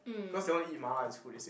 cause they want eat Mala in school they said